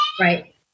Right